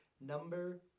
number